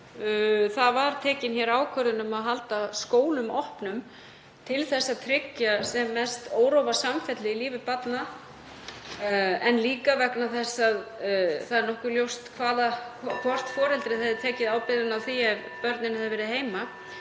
Hér var tekin ákvörðun um að halda skólum opnum til að tryggja sem mest órofa samfellu í lífi barna en líka vegna þess að það er nokkuð ljóst hvort foreldrið hefði tekið ábyrgðina á því ef börnin hefðu verið heima.